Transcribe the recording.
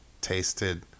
tasted